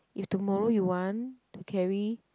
if tomorrow you want to carry